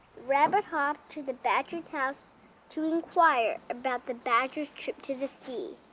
rabbit hopped to the badger's house to inquire about the badger's trip to the sea.